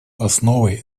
основой